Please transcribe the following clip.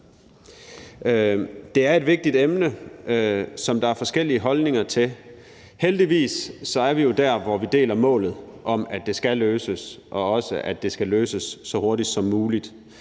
Det er et vigtigt emne, som der er forskellige holdninger til. Heldigvis er vi jo der, hvor vi deler målet om, at det skal løses, og også at det skal løses så hurtigt som muligt.